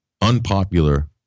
unpopular